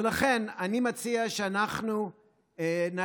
ולכן אני מציע שאנחנו נעצור,